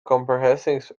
comprehensive